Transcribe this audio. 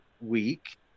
week